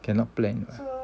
cannot plan